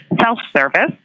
self-service